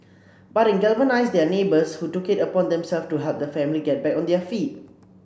but it galvanised their neighbours who took it upon themselves to help the family get back on their feet